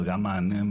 אבל גם את המענים.